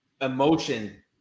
emotion